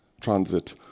transit